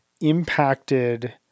impacted